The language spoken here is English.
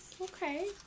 okay